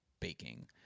baking